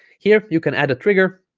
here you can add a trigger